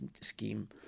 scheme